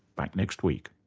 back next week